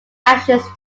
ashes